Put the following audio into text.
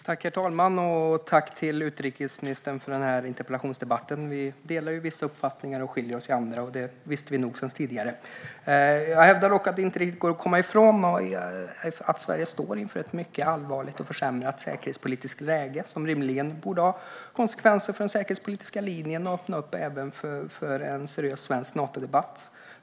Herr talman! Tack, utrikesministern, för denna interpellationsdebatt! Vi delar vissa uppfattningar och skiljer oss åt i andra, vilket vi nog visste redan tidigare. Jag hävdar att det inte går att komma ifrån att Sverige står inför ett mycket allvarligt och försämrat säkerhetspolitiskt läge, som rimligen borde få konsekvenser för den säkerhetspolitiska linjen och även öppna upp för en seriös svensk Natodebatt.